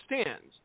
stands